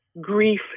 grief